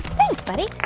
thanks, buddy